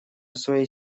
своей